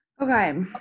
Okay